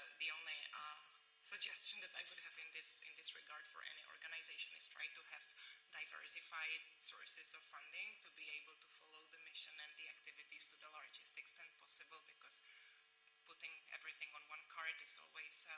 the only ah suggestion i would have in this in this regard for any organization is try to have diversified sources of funding to be able to follow the mission and the activities to the largest extent possible because putting everything on one cart is always